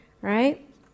Right